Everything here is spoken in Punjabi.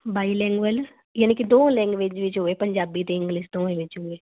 ਬਾਈਲੈਗਏਲ ਯਾਨੀ ਕਿ ਦੋਵਾਂ ਲੈਂਗੁਏਜ ਵਿੱਚ ਹੋਏ ਪੰਜਾਬੀ ਅਤੇ ਇੰਗਲਿਸ਼ ਦੋਵੇਂ ਵਿੱਚ ਹੋਵੇ